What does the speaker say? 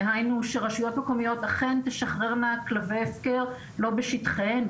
דהיינו שרשויות מקומיות אכן תשחררנה כלבי הפקר אל בשטחיהן,